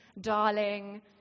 darling